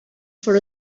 for